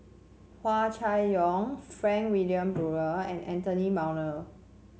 Hua Chai Yong Frank Wilmin Brewer and Anthony Miller